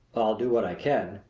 i'll do what i can,